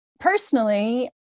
Personally